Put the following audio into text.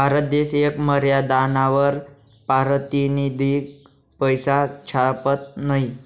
भारत देश येक मर्यादानावर पारतिनिधिक पैसा छापत नयी